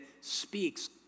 speaks